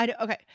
okay